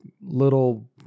little